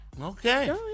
Okay